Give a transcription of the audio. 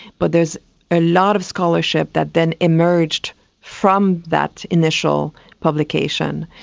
but there's a lot of scholarship that then emerged from that initial publication,